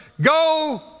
go